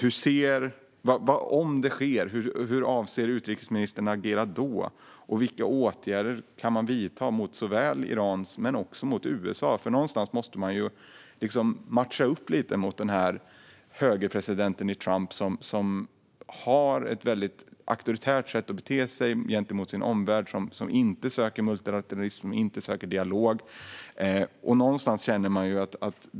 Om det sker, hur avser utrikesministern att agera då? Vilka åtgärder kan man vidta mot Iran men också mot USA? Någonstans måste man ju matcha upp lite mot högerpresidenten Trump, som har ett väldigt auktoritärt sätt att bete sig gentemot sin omvärld, som inte söker multilateralism och som inte söker dialog.